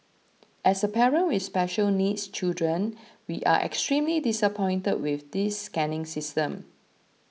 as a parent with special needs children we are extremely disappointed with this scanning system